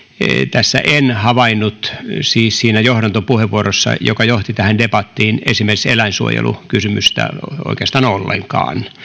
tässä en siis havainnut siinä johdantopuheenvuorossa joka johti tähän debattiin esimerkiksi eläinsuojelukysymystä oikeastaan ollenkaan